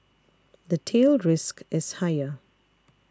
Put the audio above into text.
the tail risk is higher